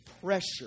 Pressure